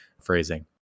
phrasing